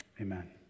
Amen